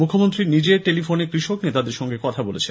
মুখ্যমন্ত্রী নিজে টেলিফোনে কৃষক নেতাদের সঙ্গে কথা বলেছেন